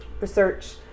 research